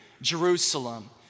Jerusalem